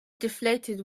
deflated